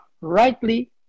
rightly